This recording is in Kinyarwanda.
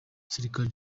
skyler